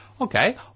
Okay